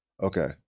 Okay